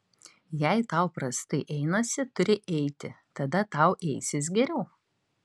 jei tau prastai einasi turi eiti tada tau eisis geriau